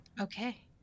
Okay